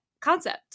concept